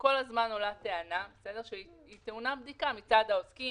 וכל הזמן עולה טענה שהיא טעונה בדיקה מצד העוסקים,